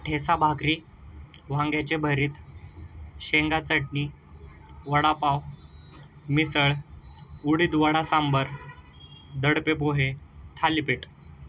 ठेचा भाकरी वांग्याचे भरीत शेंगा चटणी वडापाव मिसळ उडीदवडा सांबर दडपे पोहे थालीपीठ